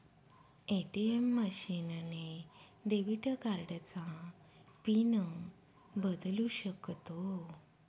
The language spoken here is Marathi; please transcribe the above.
ए.टी.एम मशीन ने डेबिट कार्डचा पिन बदलू शकतो